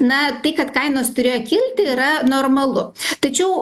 na tai kad kainos turėjo kilti yra normalu tačiau